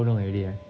how long already ah